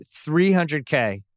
300K